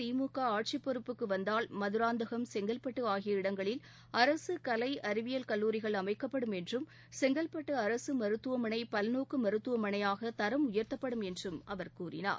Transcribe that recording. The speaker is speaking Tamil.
திமுகஆட்சிப் பொறுப்புக்குவந்தால் மதுராந்தகம் செங்கற்பட்டுஆகிய இடங்களில் அரசுகலை அறிவியல் கல்லூரிகள் அமைக்கப்படும் என்றும் செங்கற்பட்டுஅரசுமருத்துவமனைபல்நோக்குமருத்துவமனையாகதரம் உயர்த்தப்படும் என்றும் அவர் கூறினார்